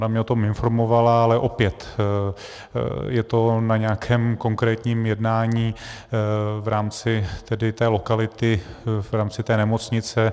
Ona mě o tom informovala, ale opět, je to na nějakém konkrétním jednání v rámci té lokality, v rámci té nemocnice.